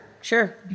Sure